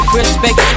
respect